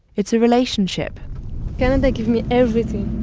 it's a relationship canada gave me everything.